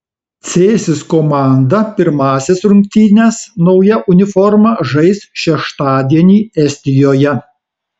cėsis komanda pirmąsias rungtynes nauja uniforma žais šeštadienį estijoje